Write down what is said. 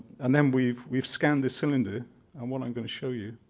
and then we've we've scanned the cylinder and what i'm going to show you.